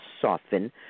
soften